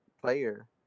player